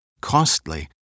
costly